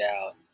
out